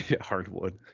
Hardwood